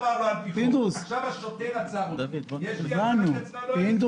שצריך ועכשיו השוטר עצר אותי ובודק אם יש לי הצהרת יצרן או אין לי.